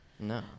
No